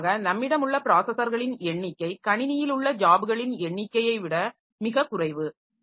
நிச்சயமாக நம்மிடம் உள்ள பிராஸஸர்களின் எண்ணிக்கை கணினியில் உள்ள ஜாப்களின் எண்ணிக்கையை விட மிகக் குறைவு